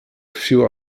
few